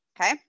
okay